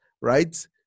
right